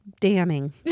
damning